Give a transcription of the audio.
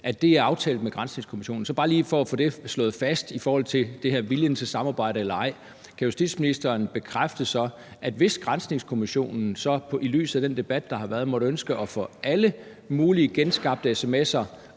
at det er aftalt med granskningskommissionen, så bare lige for at få slået det fast i forhold til det med, om der er vilje til samarbejde eller ej: Kan justitsministeren så bekræfte, at hvis granskningskommissionen i lyset af den debat, der har været, måtte ønske at få alle mulige genskabte sms'er